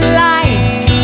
life